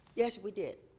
yes, we did.